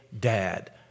dad